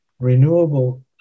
renewable